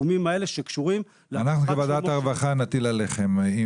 בתחומים האלה שקשורים --- אנחנו בוועדת הרווחה נטיל עליכם.